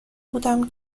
بودم